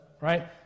right